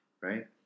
Right